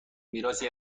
میراثی